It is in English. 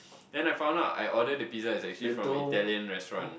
then I found out I order the pizza is actually from Italian restaurant